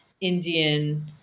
Indian